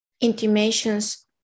intimations